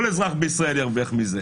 כל אזרח בישראל ירוויח מזה.